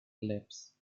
lips